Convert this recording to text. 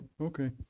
Okay